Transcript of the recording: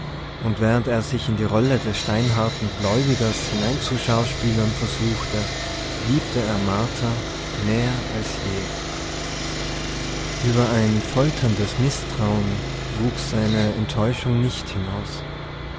und während er sich in die rolle des steinharten gläubigers hineinzuschauspielern versuchte liebte er martha mehr als je über ein folterndes mißtrauen wuchs seine enttäuschung nicht hinaus